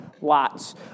lots